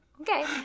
Okay